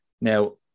Now